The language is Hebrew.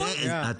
מה ההיגיון?